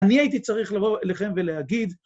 אני הייתי צריך לבוא לכם ולהגיד...